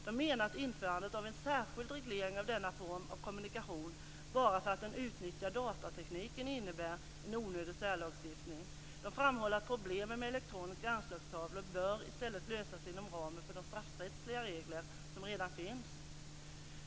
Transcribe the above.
De menar att införandet av en särskild reglering av denna form av kommunikation, bara därför att den utnyttjar datatekniken, innebär en onödig särlagstiftning. Moderaterna framhåller att problemen med elektroniska anslagstavlor i stället bör lösas inom ramen för de straffrättsliga regler som redan finns.